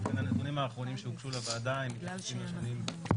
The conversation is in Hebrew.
לכן הנתונים האחרונים שהוגשו לוועדה הם נתונים מ-2019.